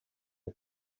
com